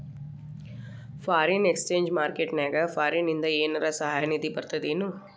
Foreign exchange market ನ್ಯಾಗ ಫಾರಿನಿಂದ ಏನರ ಸಹಾಯ ನಿಧಿ ಬರ್ತದೇನು?